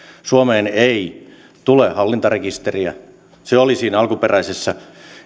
suomeen ei tule hallintarekisteriä se oli siinä alkuperäisessä